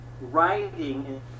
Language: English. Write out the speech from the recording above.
writing